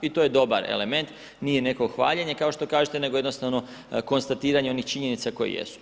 I to je dobar element, nije neko hvaljenje, kao što kažete, nego jednostavno konstatiranja činjenice koje jesu.